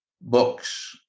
books